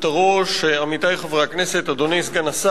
אחריו חבר הכנסת ג'מאל זחאלקה.